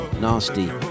nasty